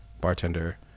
bartender